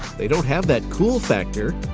they don't have that cool factor,